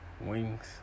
wings